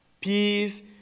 Peace